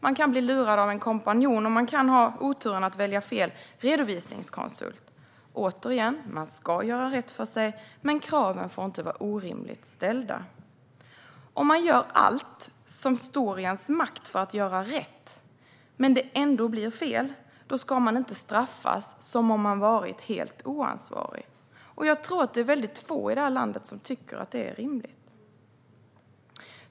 De kan bli lurade av en kompanjon, och de kan ha oturen att välja fel redovisningskonsult. Återigen: Man ska göra rätt för sig. Men kraven får inte vara orimliga. Om man gör allt som står i ens makt för att göra rätt men det ändå blir fel ska man inte straffas som om man varit helt oansvarig. Jag tror att det är väldigt få i det här landet som tycker att det är rimligt.